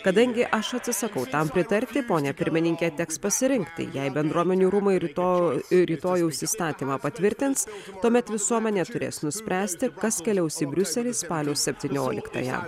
kadangi aš atsisakau tam pritarti pone pirmininke teks pasirinkti jei bendruomenių rūmai ir to rytojaus įstatymą patvirtins tuomet visuomenė turės nuspręsti kas keliaus į briuselį spalio septynioliktąją